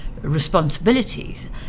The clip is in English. responsibilities